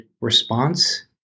response